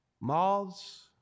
moths